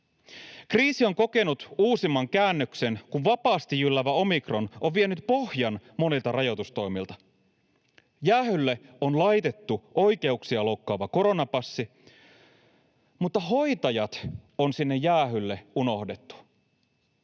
Kriisi on kokenut uusimman käännöksen, kun vapaasti jylläävä omikron on vienyt pohjan monilta rajoitustoimilta. Jäähylle on laitettu oikeuksia loukkaava koronapassi, mutta hoitajat on sinne jäähylle unohdettu.